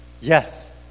Yes